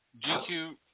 GQ